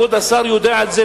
וכבוד השר יודע את זה,